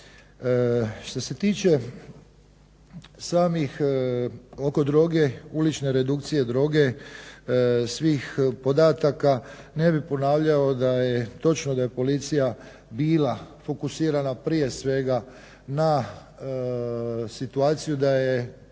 Što se tiče samih oko droge, ulične redukcije droge svih podataka ne bih ponavljao da je točno da je policija bila fokusirana prije svega na situaciju da je